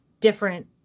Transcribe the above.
different